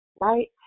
right